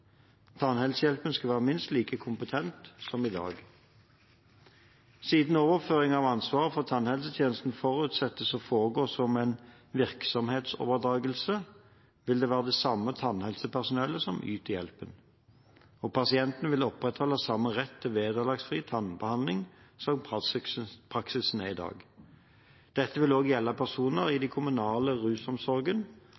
Tannhelsehjelpen skal være minst like kompetent som i dag. Siden overføringen av ansvaret for tannhelsetjenesten forutsettes å foregå som en virksomhetsoverdragelse, vil det være det samme tannhelsepersonellet som yter hjelpen. Og pasientene vil opprettholde retten til vederlagsfri tannbehandling, slik praksis er i dag. Dette vil også gjelde personer i den kommunale rusomsorgen,